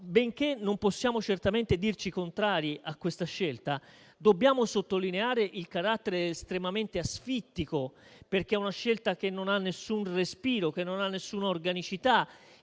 benché non possiamo certamente dirci contrari a questa scelta, dobbiamo sottolinearne il carattere estremamente asfittico, perché è una scelta che non ha nessun respiro, che non ha nessuna organicità,